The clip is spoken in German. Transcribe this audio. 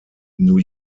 new